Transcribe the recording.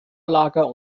lager